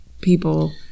people